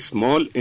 Small